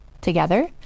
together